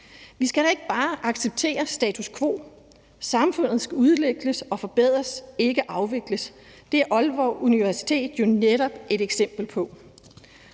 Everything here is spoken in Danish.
Vi skal da ikke bare acceptere status quo. Samfundet skal udvikles og forbedres, ikke afvikles. Det er Aalborg Universitet jo netop et eksempel på.